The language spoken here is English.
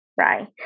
Right